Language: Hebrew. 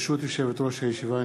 ברשות יושבת-ראש הישיבה,